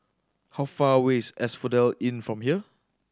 how far away is Asphodel Inn from here